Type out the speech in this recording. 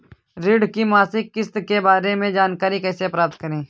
ऋण की मासिक किस्त के बारे में जानकारी कैसे प्राप्त करें?